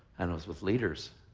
and i was with leaders.